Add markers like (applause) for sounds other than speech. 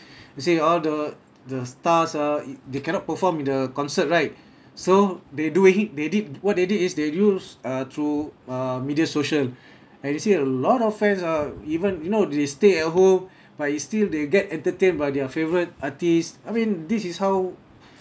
they say all the the stars ah they cannot perform in the concert right so they do a hit they did what they did is they use uh through uh media social (breath) and you see a lot of fans ah even you know they stay at home but it still they get entertained by their favourite artist I mean this is how